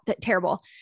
terrible